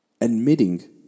admitting